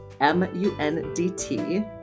M-U-N-D-T